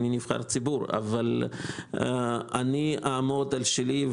אבל אני כנבחר ציבור אעמוד על שלי.